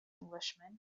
englishman